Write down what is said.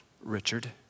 Richard